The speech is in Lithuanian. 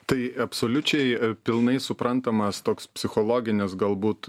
tai absoliučiai pilnai suprantamas toks psichologinis galbūt